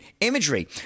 imagery